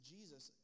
Jesus